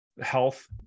health